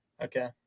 Okay